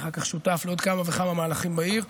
אחר כך הייתי שותף לעוד כמה וכמה מהלכים בעיר.